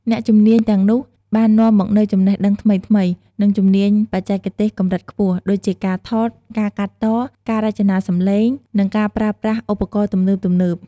អ្នកជំនាញទាំងនោះបាននាំមកនូវចំណេះដឹងថ្មីៗ និងជំនាញបច្ចេកទេសកម្រិតខ្ពស់ ដូចជាការថត ការកាត់ត ការរចនាសំឡេង និងការប្រើប្រាស់ឧបករណ៍ទំនើបៗ។